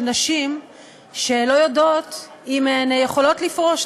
של נשים שלא יודעות אם הן יכולות לפרוש,